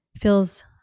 feels